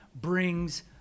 brings